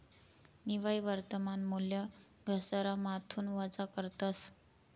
निव्वय वर्तमान मूल्य घसारामाथून वजा करतस